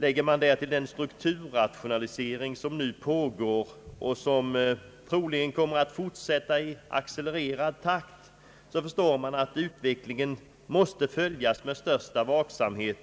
Lägger man därtill den strukturrationalisering, som pu pågår och som troligen kommer att fortsätta i accelererad takt, förstår man att utvecklingen måste följas med största vaksamhet